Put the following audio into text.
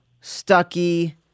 Stucky